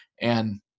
and-